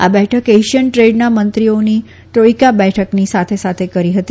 આ બેઠક ઐશિયન દ્રેડના મંત્રીઓની ત્રોઈકા બેઠકની સાથે સાથે કરી હતી